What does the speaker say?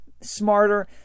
smarter